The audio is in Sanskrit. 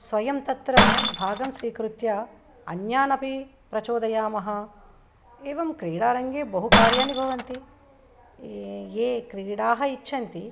स्वयं तत्र भागं स्वीकृत्य अन्यानपि प्रचोदयामः एवं क्रीडारङ्गे बहुकार्याणि भवन्ति ये ये क्रीडाः इच्छन्ति